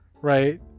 right